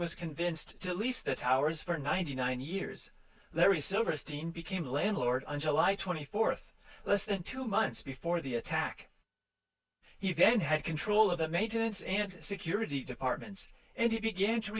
was convinced to lease the towers for ninety nine years larry silverstein became landlord on july twenty fourth less than two months before the attack he then had control of the maintenance and security departments and he began to